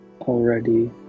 already